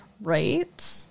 Right